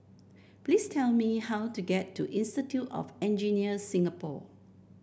please tell me how to get to Institute of Engineer Singapore